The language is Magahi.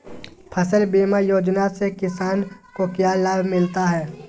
फसल बीमा योजना से किसान को क्या लाभ मिलता है?